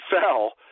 fell